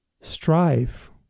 Strive